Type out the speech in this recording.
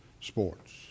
sports